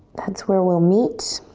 that's where we'll meet.